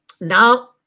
now